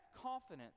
confidence